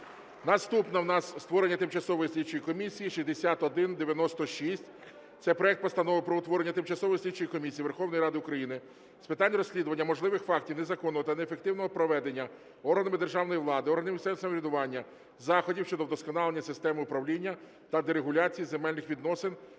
Наступне у нас створення тимчасової слідчої комісії (6196). Це проект Постанови про утворення Тимчасової слідчої комісії Верховної Ради України з питань розслідування можливих фактів незаконного та неефективного проведення органами державної влади, органами місцевого самоврядування заходів щодо вдосконалення системи управління та дерегуляції земельних відносин